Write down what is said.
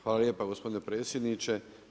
Hvala lijepa gospodine predsjedniče.